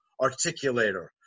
articulator